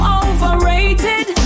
overrated